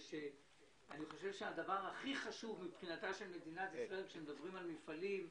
אני חושב שהדבר הכי חשוב מבחינתה של מדינת ישראל כשמדברים על מפעלים,